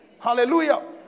hallelujah